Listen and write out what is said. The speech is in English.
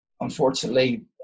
unfortunately